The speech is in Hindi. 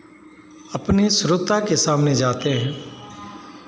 अपने श्रोता के सामने जाते हैं